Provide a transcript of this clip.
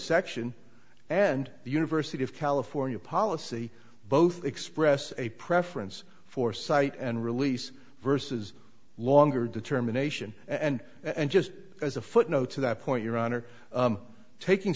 section and the university of california policy both express a preference for sight and release versus longer determination and and just as a footnote to that point your honor taking